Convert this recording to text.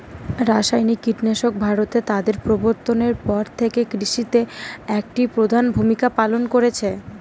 রাসায়নিক কীটনাশক ভারতে তাদের প্রবর্তনের পর থেকে কৃষিতে একটি প্রধান ভূমিকা পালন করেছে